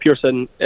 Pearson